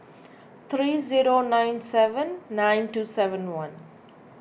three zero nine seven nine two seven one